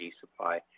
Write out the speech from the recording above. supply